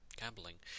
gambling